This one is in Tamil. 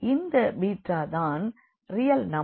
இந்த பீட்டா தான் ரியல் நம்பர்